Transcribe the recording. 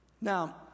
Now